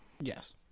yes